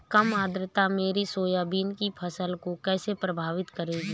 कम आर्द्रता मेरी सोयाबीन की फसल को कैसे प्रभावित करेगी?